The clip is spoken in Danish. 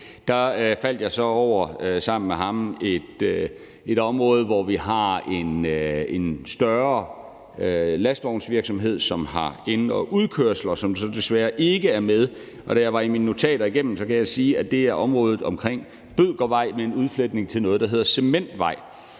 Der faldt jeg så sammen med ham over et område, hvor vi har en større lastvognsvirksomhed, som har ind- og udkørsler, som så desværre ikke er med. Jeg har været mine notater igennem og kan sige, at det er området omkring Bødkervej med en udfletning til noget, der hedder Cementvejen.